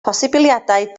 posibiliadau